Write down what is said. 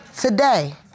today